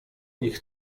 ich